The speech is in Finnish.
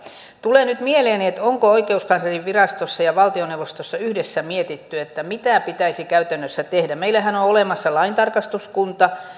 tulee nyt mieleen onko oikeuskanslerinvirastossa ja valtioneuvostossa yhdessä mietitty mitä pitäisi käytännössä tehdä meillähän on on olemassa laintarkastuskunta